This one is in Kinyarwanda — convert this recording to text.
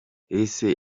ese